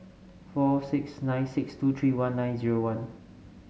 four six nine six two three one nine zero one